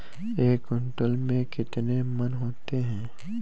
एक क्विंटल में कितने मन होते हैं?